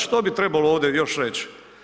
Što bi trebalo ovdje još reć?